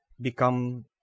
become